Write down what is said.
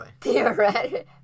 Theoretically